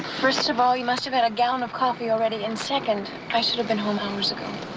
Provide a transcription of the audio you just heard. first of all you must have had a gallon of coffee already and second i should have been home hours ago.